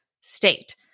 state